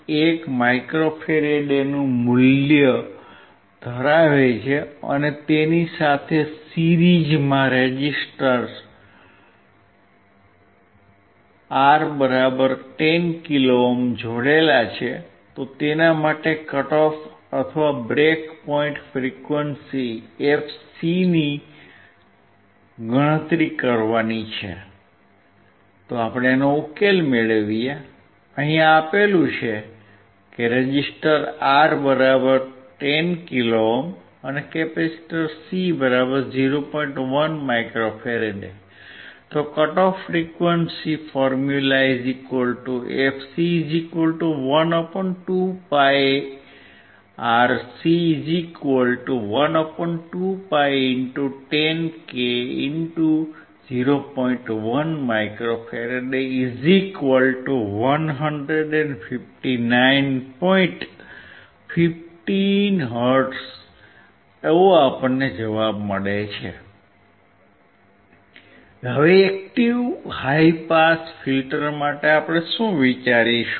active high pass filter માટે શું વિચારીશું